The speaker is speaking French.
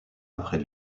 après